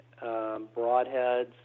broadheads